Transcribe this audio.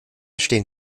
stehen